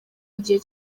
igihe